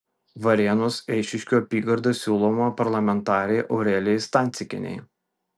varėnos eišiškių apygarda siūloma parlamentarei aurelijai stancikienei